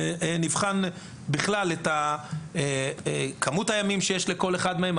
נבחן בכלל את כמות הימים שיש לכל אחד מהם.